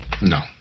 No